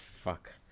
Fuck